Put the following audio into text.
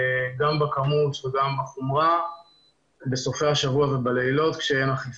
בכמות וגם בחומרה בסופי השבוע ובלילות כשאין אכיפה,